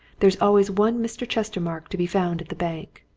there's always one mr. chestermarke to be found at the bank.